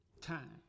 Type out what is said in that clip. time